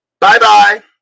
Bye-bye